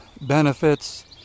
benefits